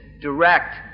direct